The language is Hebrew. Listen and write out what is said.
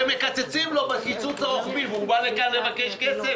שמקצצים לו בקיצוץ הרוחבי, והוא בא לכאן לבקש כסף.